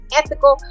ethical